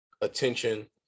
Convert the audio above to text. attention